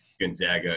Gonzaga